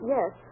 Yes